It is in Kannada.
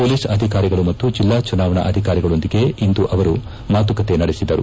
ಮೊಲೀಸ್ ಅಧಿಕಾರಿಗಳು ಮತ್ತು ಜಿಲ್ಲಾ ಚುನಾವಣಾ ಅಧಿಕಾರಿಗಳೊಂದಿಗೆ ಇಂದು ಅವರು ಮಾತುಕತೆ ನಡೆಸಿದರು